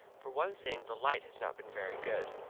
for one thing, the light has not been very good.